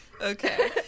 Okay